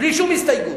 בלי שום הסתייגות.